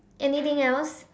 anything else